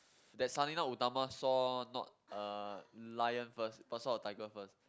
that Sang-Nila-Utama saw not a lion first thought saw a tiger first